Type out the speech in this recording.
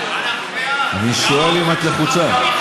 אני שואל אם את לחוצה.